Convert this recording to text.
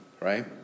right